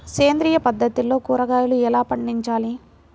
సేంద్రియ పద్ధతిలో కూరగాయలు ఎలా పండించాలి?